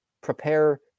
Prepare